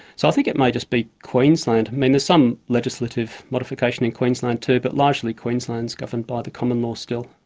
so i think it may just be queensland. i mean, there's some legislative modification in queensland too, but largely queensland's governed by the common law still.